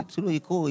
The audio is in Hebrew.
שיתחילו לקרוא.